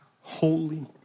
holy